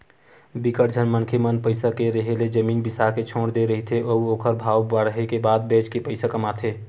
बिकट झन मनखे मन पइसा के रेहे ले जमीन बिसा के छोड़ दे रहिथे अउ ओखर भाव बाड़हे के बाद बेच के पइसा कमाथे